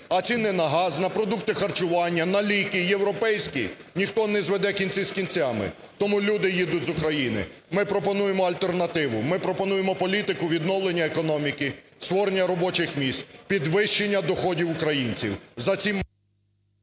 а ціна на газ, на продукти харчування, на ліки – європейські, ніхто не зведе кінці з кінцями. Тому люди їдуть з України. Ми пропонуємо альтернативу, ми пропонуємо політику відновлення економіки, створення робочих місць, підвищення доходів українців.